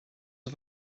are